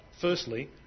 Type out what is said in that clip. Firstly